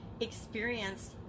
experienced